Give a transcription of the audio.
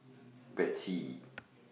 Betsy